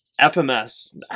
FMS